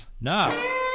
No